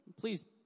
please